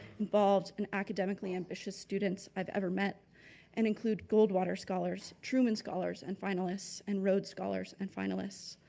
involved and academically ambitious students i've ever met and include goldwater scholars, truman scholars and finalist, and rhodes scholars and finalist.